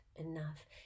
enough